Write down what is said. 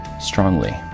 strongly